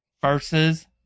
versus